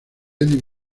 eddie